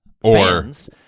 fans